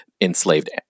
enslaved